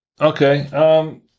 okay